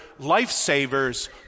lifesavers